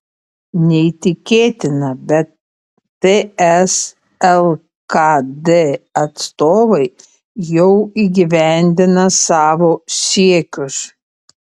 neįtikėtina bet ts lkd atstovai jau įgyvendina savo siekius